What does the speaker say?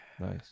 nice